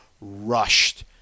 rushed